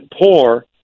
poor